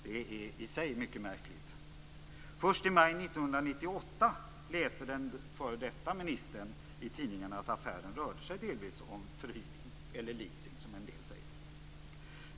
Det är i sig mycket märkligt. Först i maj 1998 läste f.d. försvarsministern i tidningarna att affären delvis rörde sig om förhyrning, eller leasing som en del säger.